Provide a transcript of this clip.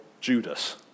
Judas